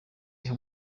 iha